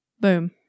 Boom